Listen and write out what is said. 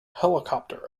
helicopter